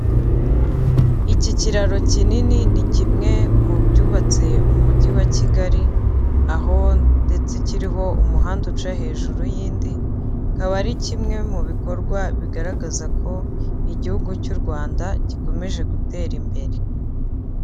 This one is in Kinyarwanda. Iki kiraro kinini ni kimwe mu byubatse mu mujyi wa Kigali, aho ndetse kiriho umuhanda uca hejuru y'undi, akaba ari kimwe mu bikorwa bigaragaza ko igihugu cy'u Rwanda gikomeje gutera imbere.